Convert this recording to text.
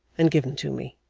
and given to me.